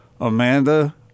Amanda